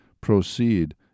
proceed